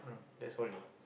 that's only